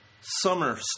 Summer